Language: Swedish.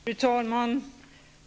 Fru talman!